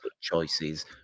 choices